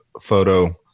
photo